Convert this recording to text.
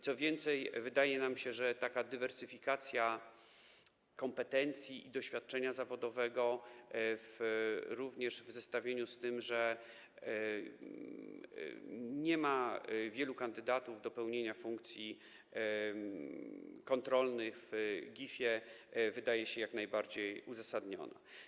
Co więcej, wydaje nam się, że taka dywersyfikacja kompetencji i doświadczenia zawodowego w zestawieniu z tym, że nie ma wielu kandydatów do pełnienia funkcji kontrolnych w GIF-ie, wydaje się jak najbardziej uzasadniona.